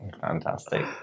Fantastic